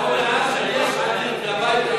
ההודעה של יש עתיד והבית היהודי היא